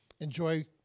Enjoy